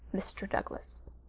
mr. douglas.